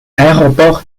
aéroport